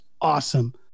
awesome